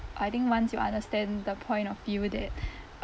I think once you understand the point of view that